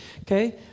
okay